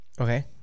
Okay